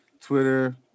Twitter